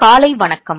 காலை வணக்கம்